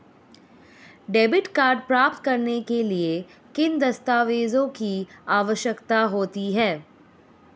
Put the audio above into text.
Debit card प्राप्त करने के लिए किन दस्तावेज़ों की आवश्यकता होती है?